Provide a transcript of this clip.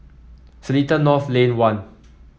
Seletar North Lane One